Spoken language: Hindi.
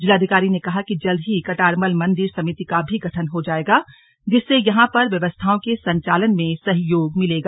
जिलाधिकारी ने कहा कि जल्द ही कटारमल मन्दिर समिति का भी गठन हो जाएगा जिससे यहां पर व्यवस्थाओं के संचालन में सहयोग मिलेगा